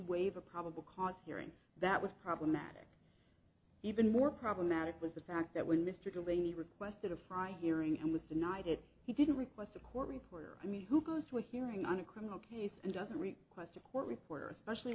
waive a probable cause hearing that was problematic even more problematic was the fact that when mr delaney requested a fry hearing and was denied it he didn't request a court reporter i mean who goes to a hearing on a criminal case and doesn't request a court reporter especially